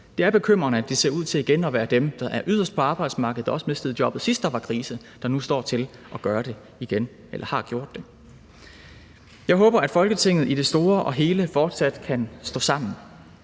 Det er bekymrende, at det ser ud til igen at være dem, der er yderst på arbejdsmarkedet, som også mistede jobbet sidst, der var krise, der nu står til at gøre det igen eller har gjort det. Jeg håber, at Folketinget i det store og hele fortsat kan stå sammen